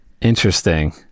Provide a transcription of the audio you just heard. interesting